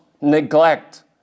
neglect